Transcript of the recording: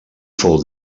fou